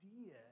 idea